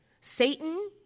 Satan